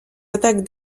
attaques